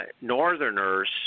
Northerners